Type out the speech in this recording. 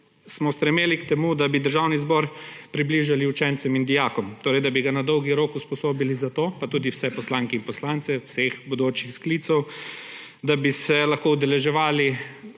smo stremeli k temu, da bi Državni zbor približali učencem in dijakom, torej da bi ga na dolgi rok usposobili za to, pa tudi vse poslanke in poslance vseh bodočih sklicev, da bi se lahko udeleževali